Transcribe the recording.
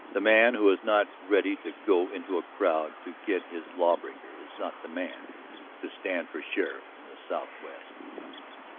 the man who is not ready to go into a crowd to get his law-breaker is not the man to stand for sheriff in the southwest country.